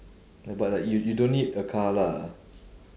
but like you you don't need a car lah